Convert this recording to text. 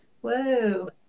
Whoa